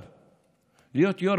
להפסיק.